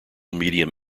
medium